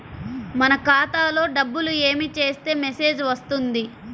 మన ఖాతాలో డబ్బులు ఏమి చేస్తే మెసేజ్ వస్తుంది?